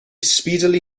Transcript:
speedily